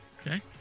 Okay